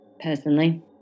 personally